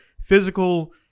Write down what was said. physical